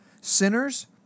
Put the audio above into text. sinners